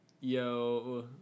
yo